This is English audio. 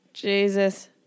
Jesus